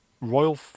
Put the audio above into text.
Royal